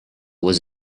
was